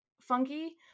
funky